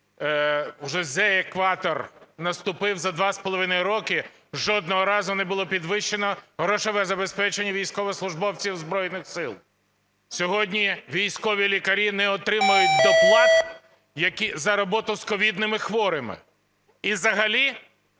вже "зе-екватор" наступив за 2,5 роки – жодного разу не було підвищено грошове забезпечення військовослужбовців Збройних Сил. Сьогодні військові лікарі не отримують доплат, які за роботу з ковідними хворими. І взагалі